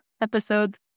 episodes